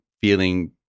feeling